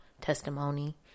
testimony